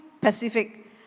Pacific